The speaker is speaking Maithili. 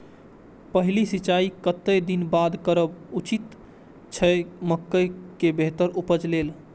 पहिल सिंचाई कतेक दिन बाद करब उचित छे मके के बेहतर उपज लेल?